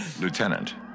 Lieutenant